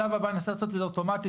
ננסה לעשות את זה אוטומטית,